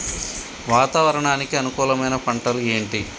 వాతావరణానికి అనుకూలమైన పంటలు ఏంటి?